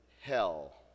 hell